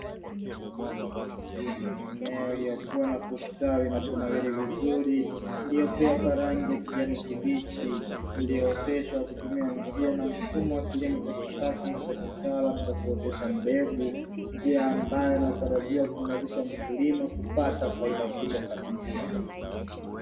Mimea iliyokuwa na kustawi na kunawiri vizuri iliyopea karangi kijani kibichi nilioteshwa kutumia njia na mfumo wa kilimo cha kisasa na cha kitaalamu cha kuotesha mbegu, njia ambayo inatarajiwa kumuwezesha mkulima kupata faida kubwa kabisa.